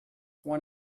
when